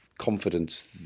confidence